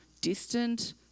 distant